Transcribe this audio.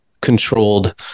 controlled